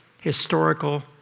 historical